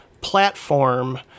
platform